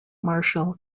marshall